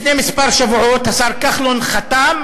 לפני כמה שבועות השר כחלון חתם